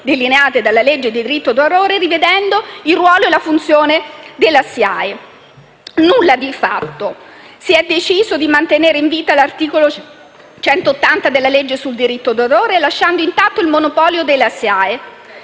delineate dalla legge sul diritto d'autore, rivedendo il ruolo e la funzione della SIAE. Nulla di fatto. Si è deciso di mantenere in vita l'articolo 180 della legge sul diritto d'autore, lasciando intatto il monopolio della SIAE.